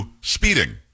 speeding